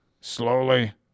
Slowly